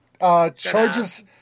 charges